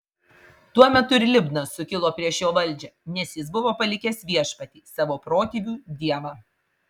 tuo metu ir libna sukilo prieš jo valdžią nes jis buvo palikęs viešpatį savo protėvių dievą